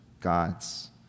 God's